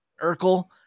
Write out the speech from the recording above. Urkel